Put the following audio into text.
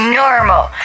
normal